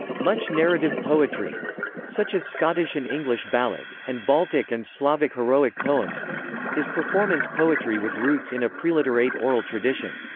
much narrative poetry such as scottish and english ballads, and baltic and slavic heroic poems is performance poetry with roots in a preliterate oral tradition.